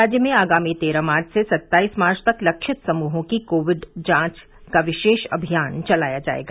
राज्य में आगामी तेरह मार्च से सत्ताईस मार्च तक लक्षित समूहों की कोविड जांच का विशेष अभियान चलाया जाएगा